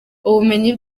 ubumenyi